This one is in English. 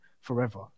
forever